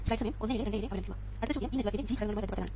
അടുത്ത ചോദ്യം ഈ നെറ്റ്വർക്കിന്റെ G ഘടകങ്ങളുമായി ബന്ധപ്പെട്ടതാണ്